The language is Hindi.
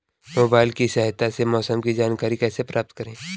मोबाइल की सहायता से मौसम की जानकारी कैसे प्राप्त करें?